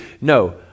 No